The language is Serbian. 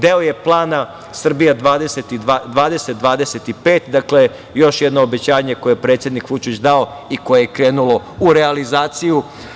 Deo je plana Srbija 2025, dakle, još jedno obećanje koje je predsednik Vučić dao i koje je krenulo u realizaciju.